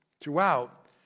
throughout